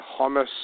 hummus